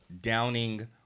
downing